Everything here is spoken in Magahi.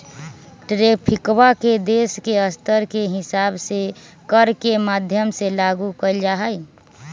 ट्रैफिकवा के देश के स्तर के हिसाब से कर के माध्यम से लागू कइल जाहई